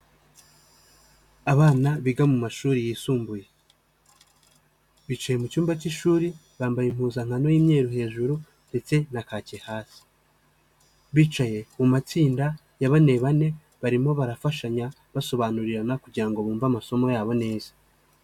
Abana biga mu mashuri yisumbuye bicaye mu cyumba k'ishuri, bambaye impuzankano y'imyeru hejuru ndetse na kaki hasi, bicaye mu matsinda ya bane, bane barimo barafashanya basobanurana kugira ngo bumve amasomo yabo neza.